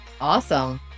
Awesome